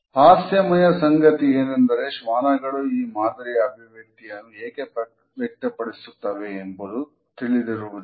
ಹಾಸ್ಯಮಯ ಸಂಗತಿಯೇನೆಂದರೆ ಶ್ವಾನಗಳು ಈ ಮಾದರಿಯ ಅಭಿವ್ಯಕ್ತಿಯನ್ನು ಏಕೆ ವ್ಯಕ್ತಪಡಿಸುತ್ತವೆ ಎಂಬುದು ತಿಳಿದಿರುವುದಿಲ್ಲ